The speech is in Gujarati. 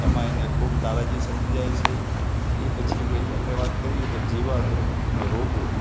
એમાં એને ખૂબ તારાજી સર્જી જાય છે એ પછી આપણે વાત કરીએ તો જીવાતો અને રોગો